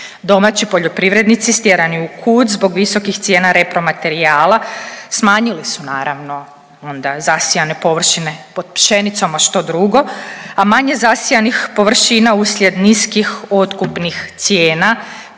Domaći poljoprivrednici stjerani u kut zbog visokih cijena repromaterijala smanjili su naravno onda zasijane površine pod pšenicom, a što drugo a manje zasijanih površina uslijed niskih otkupnih cijena